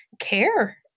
care